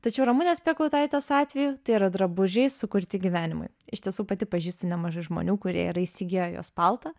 tačiau ramunės piekautaitės atveju tai yra drabužiai sukurti gyvenimui iš tiesų pati pažįstu nemažai žmonių kurie yra įsigiję jos paltą